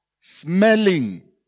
Smelling